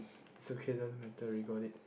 it's okay doesn't matter we got it